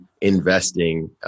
investing